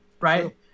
right